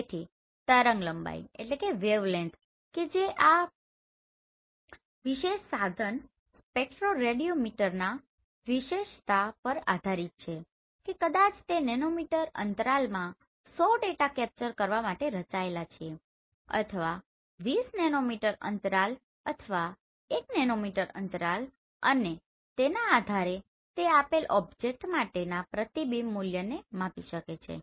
તેથી તરંગલંબાઇ કે જે આ વિશેષ સાધન સ્પેક્ટ્રોરેડિયોમીટરના વિશેષતા પર આધારિત છે કે કદાચ તે નેનોમીટર અંતરાલમાં 100 ડેટા કેપ્ચર કરવા માટે રચાયેલ છે અથવા 20 નેનોમીટર અંતરાલ અથવા 1 નેનોમીટર અંતરાલ અને તેના આધારે તે આપેલ ઓબ્જેક્ટ માટેના પ્રતિબિંબ મૂલ્યને માપી શકે છે